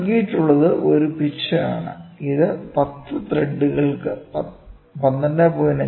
ഇവിടെ നൽകിയിട്ടുള്ളത് ഒരു പിച്ച് ആണ് ഇത് 10 ത്രെഡുകൾക്ക് 12